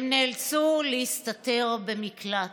הם נאלצו להסתתר במקלט.